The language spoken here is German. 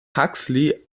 huxley